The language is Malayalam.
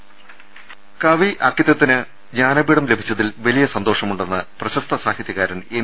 രുട്ട്ട്ട്ട്ട്ട്ട കവി അക്കിത്തത്തിന് ജ്ഞാനപീഠം ലഭിച്ചതിൽ വലിയ സന്തോഷമു ണ്ടെന്ന് പ്രശസ്ത സാഹിത്യകാരൻ എം